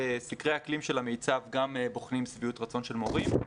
סקרי אקלים של המיצ"ב גם בוחנים שביעות רצון של מורים.